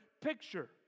picture